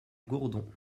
gourdon